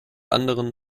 anderen